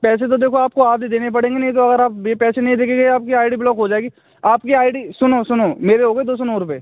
पैसे तो देखो आपको आधे देने पड़ेंगे नहीं तो अगर आप पैसे नहीं देकर गए आपकी आई डी ब्लॉक हो जाएगी आपकी आई डी सुनो सुनो मेरे हो गए दो सो नौ रुपये